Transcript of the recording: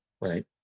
right